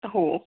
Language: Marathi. हो